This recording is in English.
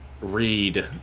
Read